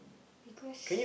because